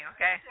okay